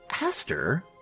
Aster